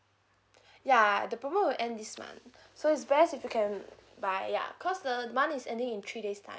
ya the promo will end this month so it's best if you can buy ya cause the month is ending in three days' time